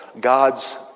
God's